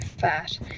fat